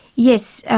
yes,